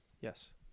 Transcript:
yes